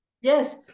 Yes